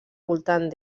voltant